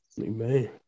amen